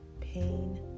pain